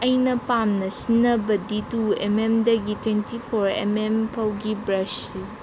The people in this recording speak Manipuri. ꯑꯩꯅ ꯄꯥꯝꯅ ꯁꯤꯖꯤꯟꯅꯕꯗꯤ ꯇꯨ ꯑꯦꯝ ꯑꯦꯝꯗꯒꯤ ꯇ꯭ꯋꯦꯟꯇꯤ ꯐꯣꯔ ꯑꯦꯝ ꯑꯦꯝ ꯐꯥꯎꯒꯤ ꯕ꯭ꯔꯁ